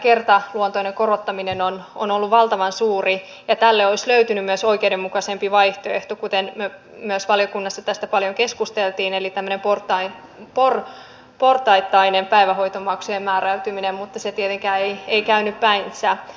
tämä kertaluontoinen korottaminen on ollut valtavan suuri ja tälle olisi löytynyt myös oikeudenmukaisempi vaihtoehto kuten myös valiokunnassa tästä paljon keskusteltiin eli tämmöinen portaittainen päivähoitomaksujen määräytyminen mutta se tietenkään ei käynyt päinsä